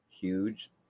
Huge